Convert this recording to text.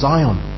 Zion